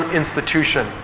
institution